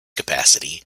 capacity